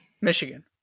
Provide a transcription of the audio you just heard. Michigan